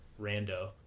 rando